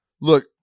Look